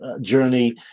journey